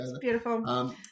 Beautiful